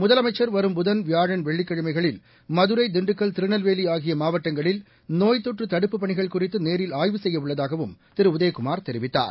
முதலமைச்சா் வரும் புதன் வியாழன் வெள்ளிக்கிழமைகளில் மதுரை தின்டுக்கல் திருநெல்வேலி ஆகிய மாவட்டங்களில் நோய் தொற்று தடுப்புப் பனிகள் குறித்து நேரில் ஆய்வு செய்ய உள்ளதாகவும் திரு உதயகுமார் தெரிவித்தார்